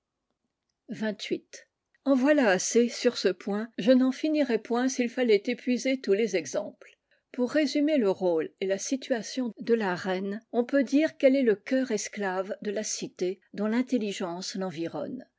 xxviii en voilà assez sur ce point je n'en finirais point s'il fallait épuiser tous les exemples pour résumer le rôle et la situation de la mne on peut dire qu'elle est le cœur esclave de la c dont l'intelligence l'environne